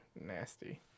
nasty